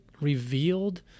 revealed